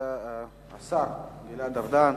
השר גלעד ארדן